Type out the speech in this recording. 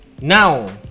now